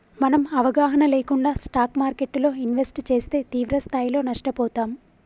మనం అవగాహన లేకుండా స్టాక్ మార్కెట్టులో ఇన్వెస్ట్ చేస్తే తీవ్రస్థాయిలో నష్టపోతాం